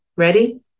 ready